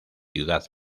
ciudad